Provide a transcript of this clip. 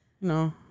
no